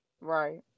right